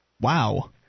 Wow